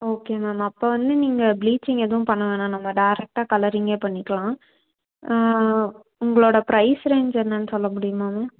okay ma'am அப்போ வந்து நீங்கள் ப்ளீச்சிங் எதுவும் பண்ண வேணாம் நம்ம டேரெக்டாக கலரிங்கே பண்ணிக்கலாம் உங்களோடய பிரைஸ் ரேஞ்ச் என்னென்னு சொல்ல முடியுமா மேம்